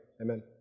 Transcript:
Amen